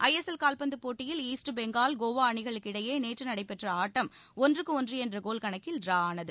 ISL கால்பந்து போட்டியில் east Bengal Goa அணிகளுக்கிடையே நேற்று நடைபெற்ற ஆட்டம் ஒன்றுக்கு ஒன்று என்ற கோல் கணக்கில் டிரா ஆனது